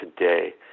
today